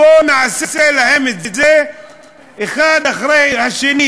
בוא נעשה להם את זה אחד אחרי השני,